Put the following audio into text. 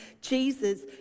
Jesus